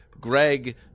Greg